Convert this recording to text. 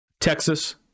Texas